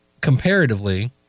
comparatively